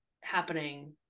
happening